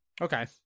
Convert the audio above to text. Okay